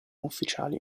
ufficiali